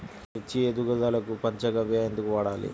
మిర్చి ఎదుగుదలకు పంచ గవ్య ఎందుకు వాడాలి?